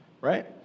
right